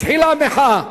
התחילה המחאה.